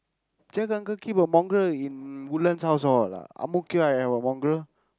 jack uncle keep a mongrel in Woodlands house all lah Ang Mo Kio I have a mongrel